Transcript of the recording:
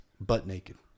Butt-naked